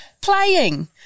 playing